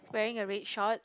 wearing a red short